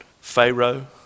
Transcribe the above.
Pharaoh